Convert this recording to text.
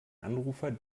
anrufer